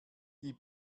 die